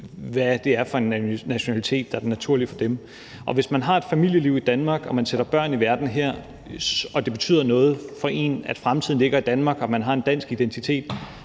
hvad det er for en nationalitet, der er den naturlige for dem. Hvis man har et familieliv i Danmark og sætter børn i verden her og det betyder noget for en, at fremtiden ligger i Danmark, og man har en dansk identitet,